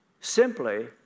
simply